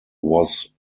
was